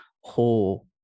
whole